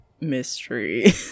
mystery